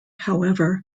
however